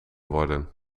worden